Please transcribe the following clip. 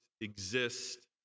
exist